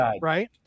right